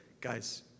guys